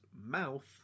mouth